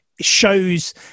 shows